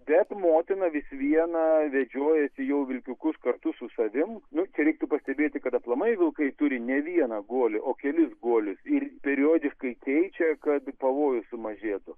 bet motina vis viena vedžiojasi jau vilkiukus kartu su savim nu čia reiktų pastebėti kad aplamai vilkai turi ne vieną guolį o kelis guolius ir periodikai keičia kad pavojus sumažėtų